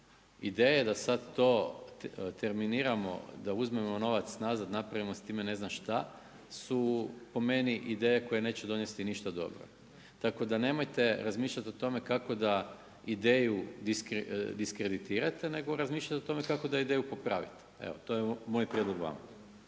Ideja da sad to terminiramo, da uzmemo novac nazad, napravimo s time ne znam šta, su po meni ideje koje neće donesti ništa dobro. Tako da nemojte razmišljati o tome kako da ideju diskreditirate, nego razmišljate o tome kako da ideju popravite, evo, to je moj prijedlog vama.